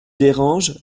dérange